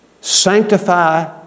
Sanctify